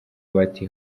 bati